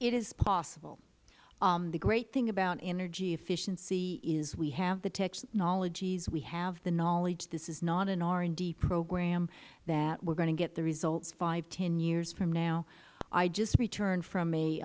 it is possible the great thing about energy efficiency is we have the technologies we have the knowledge this is not an r and d program that we are going to get the results five ten years from now i just returned from a